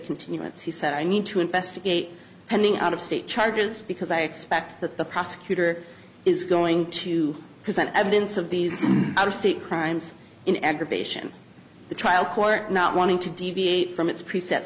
continuance he said i need to investigate pending out of state charges because i expect that the prosecutor is going to present evidence of these out of state crimes in aggravation the trial court not wanting to deviate from its pre